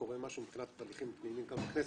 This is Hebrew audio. קורה משהו מבחינת תהליכים פנימיים כאן בכנסת,